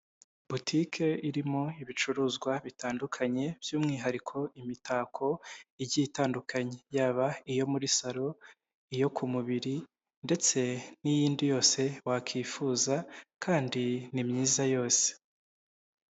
Botike irimo ibicuruzwa bitandukanye by'umwihariko imitako igiye itandukanye yaba iyo muri salon iyo ku mubiri ndetse n'iyindi yose wakwifuza kandi ni myiza yose.